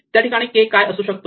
त्या ठिकाणी k काय असू शकतो